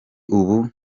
ubu